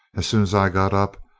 as soon as i got up,